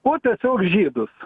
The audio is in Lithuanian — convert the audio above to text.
o tiesiog žydus